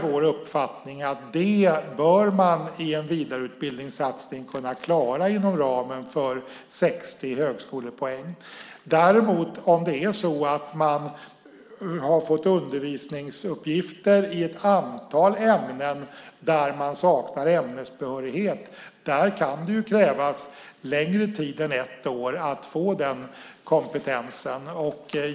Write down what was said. Vår uppfattning är att man i en vidareutbildningssatsning bör kunna klara det inom ramen för 60 högskolepoäng. Om det däremot är så att man har fått undervisningsuppgifter i ett antal ämnen där man saknar ämnesbehörighet kan det krävas längre tid än ett år för att få kompetensen.